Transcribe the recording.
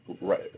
right